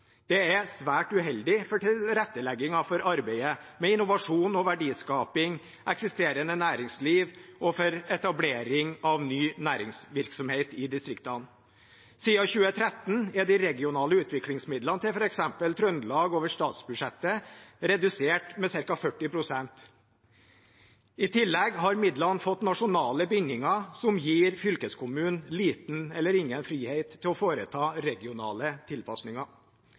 Det er svært uheldig for tilretteleggingen for arbeidet med innovasjon, verdiskaping og eksisterende næringsliv og for etablering av ny næringsvirksomhet i distriktene. Siden 2013 er de regionale utviklingsmidlene til f.eks. Trøndelag over statsbudsjettet redusert med ca. 40 pst. I tillegg har midlene fått nasjonale bindinger som gir fylkeskommunen liten eller ingen frihet til å foreta regionale tilpasninger.